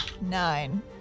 Nine